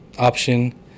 option